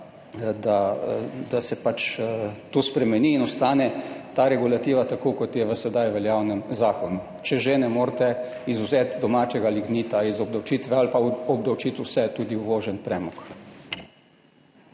da se pač to spremeni in ostane ta regulativa tako, kot je v sedaj veljavnem zakonu, če že ne morete izvzeti domačega lignita iz obdavčitve, ali pa obdavčiti vse, tudi uvožen premog.